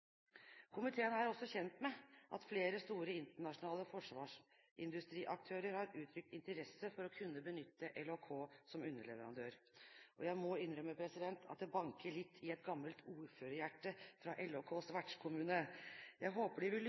Komiteen er også kjent med at flere store internasjonale forsvarsindustriaktører har uttrykt interesse for å kunne benytte LHK som underleverandør – og jeg må innrømme at det banker litt i et gammelt ordførerhjerte fra LHKs vertskommune. Jeg håper de vil